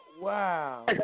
Wow